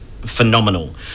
phenomenal